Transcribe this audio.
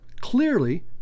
clearly